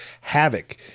havoc